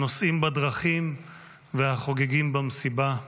הנוסעים בדרכים והחוגגים במסיבה,